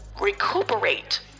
recuperate